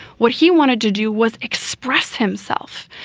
what he wanted to do was express himself,